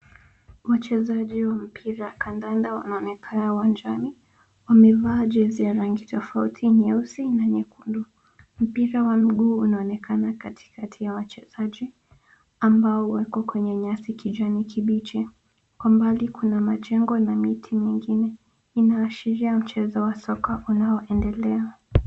Wachezaji wa mpira kandanda wanaonekana uwanjani. Wamevaa jezi ya rangi tofauti ,nyeusi na nyekundu. Mpira wa miguu unaonekana katikati ya wachezaji ambao wako kwenye nyasi kijani kibichi. Kwa mbali kuna majengo na miti mingine. Inaashiria mchezo wa soka unaoendelea.